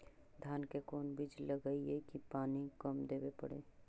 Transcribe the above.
धान के कोन बिज लगईऐ कि पानी कम देवे पड़े?